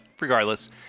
regardless